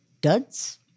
Duds